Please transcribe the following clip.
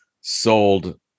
sold